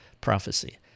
prophecy